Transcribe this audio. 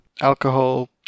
Alcohol